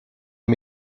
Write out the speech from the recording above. les